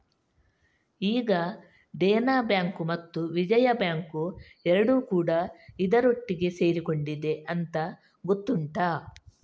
ಈಗ ದೇನಾ ಬ್ಯಾಂಕು ಮತ್ತು ವಿಜಯಾ ಬ್ಯಾಂಕು ಎರಡೂ ಕೂಡಾ ಇದರೊಟ್ಟಿಗೆ ಸೇರಿಕೊಂಡಿದೆ ಅಂತ ಗೊತ್ತುಂಟಾ